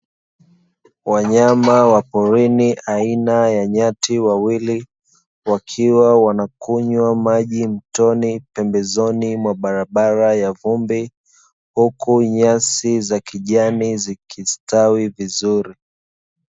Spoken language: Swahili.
Wanyama wa porini aina ya nyati wawili, wakiwa wanakunywa maji mtoni, pembezoni mwa barabara ya vumbi, huku nyasi za kijani zikistawi vizuri.